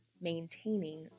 maintaining